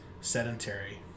sedentary